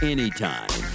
Anytime